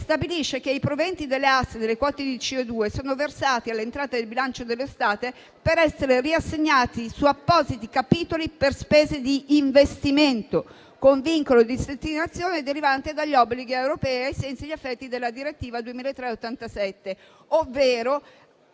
stabilisce che i proventi delle aste delle quote di CO2 sono versati alle entrate del bilancio dello Stato per essere riassegnati su appositi capitoli per spese di investimento, con vincolo di destinazione derivante dagli obblighi europei, ai sensi e agli effetti della direttiva 2003/87, ovvero